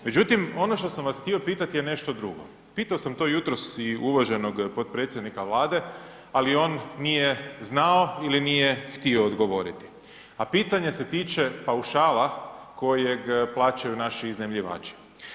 Međutim ono što sam vas htio pitati je nešto drugo, pitao sam to jutros i uvaženog potpredsjednika Vlade ali on nije znao ili nije htio odgovoriti a pitanje se tiče paušala kojeg plaćaju naši iznajmljivači.